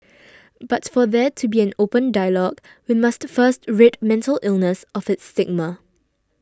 but for there to be an open dialogue we must first rid mental illness of its stigma